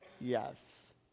yes